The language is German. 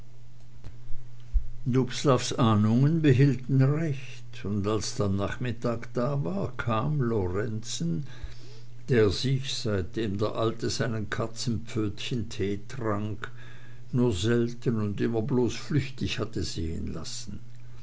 ahnungen behielten recht und als der nachmittag da war kam lorenzen der sich seitdem der alte seinen katzenpfötchentee trank nur selten und immer bloß flüchtig hatte sehen lassen